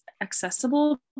accessible